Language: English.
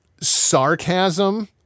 sarcasm